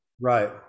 Right